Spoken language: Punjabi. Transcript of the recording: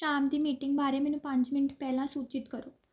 ਸ਼ਾਮ ਦੀ ਮੀਟਿੰਗ ਬਾਰੇ ਮੈਨੂੰ ਪੰਜ ਮਿੰਟ ਪਹਿਲਾਂ ਸੂਚਿਤ ਕਰੋ